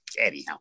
anyhow